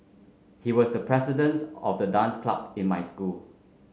he was the presidents of the dance club in my school